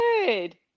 good